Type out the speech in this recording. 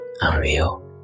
unreal